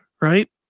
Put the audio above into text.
right